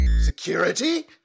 Security